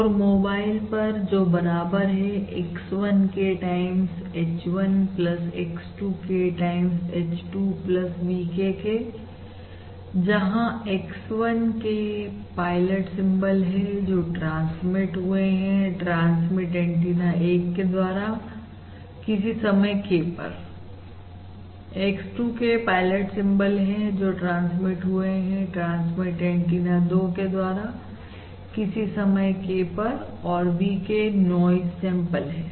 और मोबाइल जो बराबर है x 1k times h 1 x 2 k times h 2 vk के जहां x1 k पायलट सिंबल है जो ट्रांसमीट हुए हैं ट्रांसमीट एंटीना 1 के द्वारा किसी समय k पर x 2 k पायलट सिंबल है जो ट्रांसमीट हुए हैं ट्रांसमीट एंटीना 2 के द्वारा किसी समय k पर और v k नॉइज सैंपल है